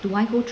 do I go tr~